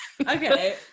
Okay